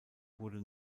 wurde